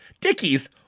dickies